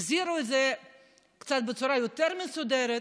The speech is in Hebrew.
החזירו את זה בצורה קצת יותר מסודרת.